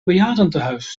bejaardentehuis